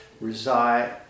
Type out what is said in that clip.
reside